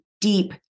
deep